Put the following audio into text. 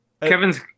Kevin's